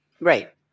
Right